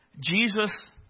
Jesus